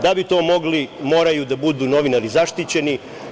Da bi to mogli, moraju da budu novinari zaštićeni.